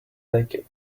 naked